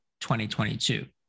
2022